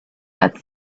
had